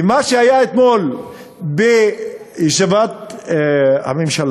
ומה שהיה אתמול בישיבת הממשלה,